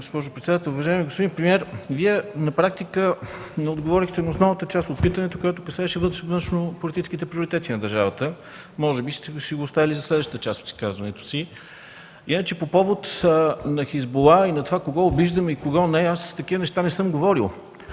госпожо председател, уважаеми господин премиер! Вие на практика не отговорихте на основната част от питането, която касаеше външнополитически приоритети на държавата. Може би сте го оставили за следващата част от изказването си. Иначе по повод на „Хизбула” и на това кого обиждаме и кого не – аз такива неща не съм говорил.